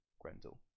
Grendel